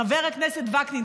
חבר הכנסת וקנין,